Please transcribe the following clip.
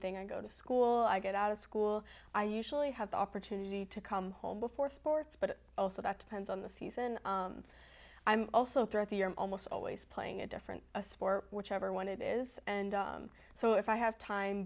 thing i go to school i get out of school i usually have the opportunity to come home before sports but also that depends on the season i'm also throughout the year almost always playing a different sport whichever one it is and so if i have time